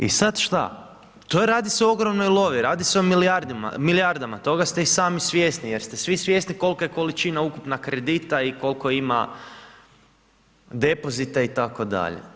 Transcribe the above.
I sad šta, to radi se o ogromnoj lovi, radi se o milijardama, toga ste i sami svjesni jer ste svi svjesni kolika je količina ukupna kredita i koliko ima depozita itd.